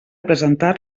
presentar